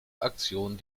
aktion